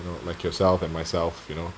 you know like yourself and myself you know